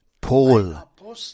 Paul